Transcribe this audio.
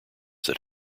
that